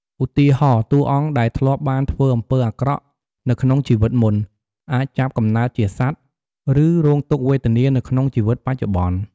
ឧទាហរណ៍ តួអង្គដែលធ្លាប់បានធ្វើអំពើអាក្រក់នៅក្នុងជីវិតមុន អាចចាប់កំណើតជាសត្វ ឬរងទុក្ខវេទនានៅក្នុងជីវិតបច្ចុប្បន្ន។